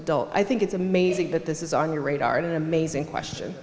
adult i think it's amazing that this is on the radar an amazing question